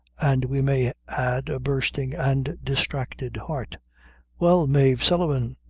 and we may add, a bursting and distracted heart well, mave sullivan,